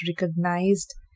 recognized